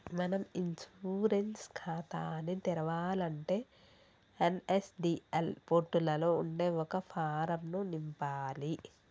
మనం ఇన్సూరెన్స్ ఖాతాని తెరవాలంటే ఎన్.ఎస్.డి.ఎల్ పోర్టులలో ఉండే ఒక ఫారం ను నింపాలి